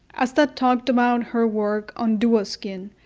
asta talked about her work on duoskin,